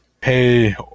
pay